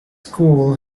school